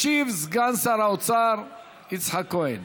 ישיב סגן שר האוצר יצחק כהן.